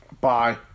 Bye